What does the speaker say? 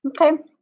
Okay